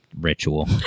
ritual